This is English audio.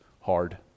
hard